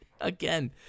again